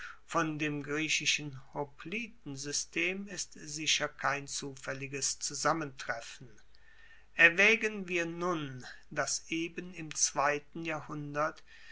von dem griechischen hoplitensystem ist sicher kein zufaelliges zusammentreffen erwaegen wir nun dass eben im zweiten jahrhundert